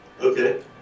Okay